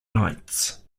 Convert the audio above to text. nights